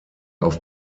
auf